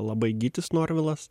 labai gytis norvilas